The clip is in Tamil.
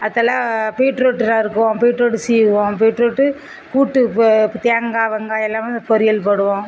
அடுத்தலாம் பீட்ரூட் நறுக்குவோம் பீட்ரூட் சீவுவோம் பீட்ரூட்டு கூட்டு இப்போ தேங்காய் வெங்காயம் எல்லாமே பொரியல் போடுவோம்